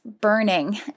burning